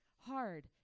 hard